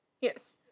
yes